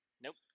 Nope